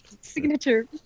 signature